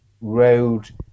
road